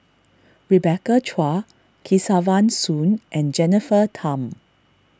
Rebecca Chua Kesavan Soon and Jennifer Tham